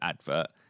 advert